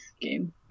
game